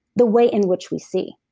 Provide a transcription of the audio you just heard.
the way in which we see